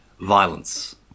violence